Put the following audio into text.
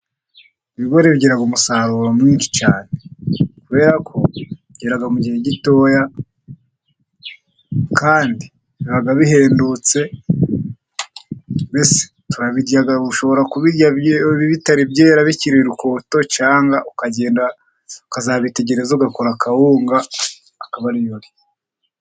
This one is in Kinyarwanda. Ibigori bigira umusaruro mwinshi cyane kuberako byera mu gihe gitoya kandi biba bihendutse mbese turabirya we! ushobora kubirya bitari byera bikiri urukoto, cyangwa ukagenda ukazabitegereza ugakora akawunga akaba ariyo urya.